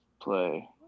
play